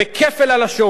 בכפל לשון.